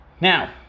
Now